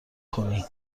کنی